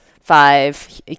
five